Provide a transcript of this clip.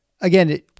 again